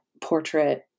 portrait